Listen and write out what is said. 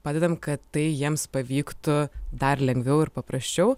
padedam kad tai jiems pavyktų dar lengviau ir paprasčiau